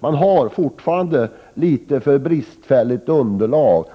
man har alltså ännu ett något för bristfälligt underlag.